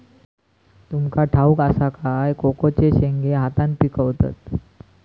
तुमका ठाउक असा काय कोकोचे शेंगे हातान पिकवतत